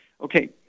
Okay